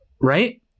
right